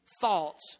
thoughts